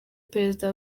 perezida